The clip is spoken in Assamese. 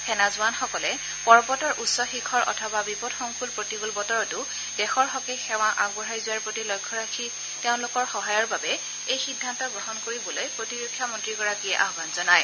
সেনা জোৱানসকলে পৰ্বতৰ উচ্চ শিখৰ অথবা বিপদসংকুল প্ৰতিকূল বতৰতো দেশৰ হকে সেৱা আগবঢ়াই যোৱাৰ প্ৰতি লক্ষ্য ৰাখি তেওঁলোকৰ সহায়ৰ বাবে এই সিদ্ধান্ত গ্ৰহণ কৰিবলৈ প্ৰতিৰক্ষা মন্ত্ৰীগৰাকীয়ে আহ্বান জনায়